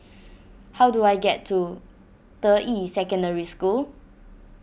how do I get to Deyi Secondary School